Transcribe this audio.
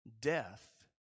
Death